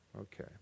Okay